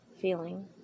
feeling